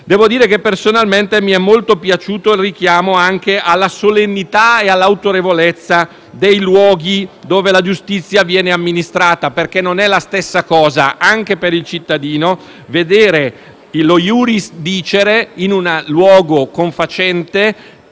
Devo dire che personalmente mi è molto piaciuto il richiamo alla solennità e all'autorevolezza dei luoghi dove la giustizia viene amministrata, perché per il cittadino vedere lo *iuris dicere* in un luogo confacente